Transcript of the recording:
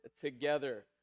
together